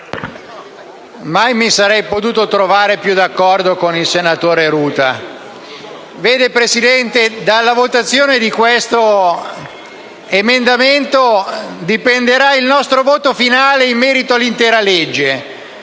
mai mi sarei potuto trovare più d'accordo con il senatore Ruta. Dalla votazione di questo emendamento dipenderà il nostro voto finale in merito all'intero disegno